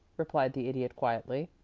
replied the idiot, quietly.